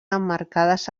emmarcades